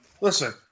listen